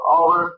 over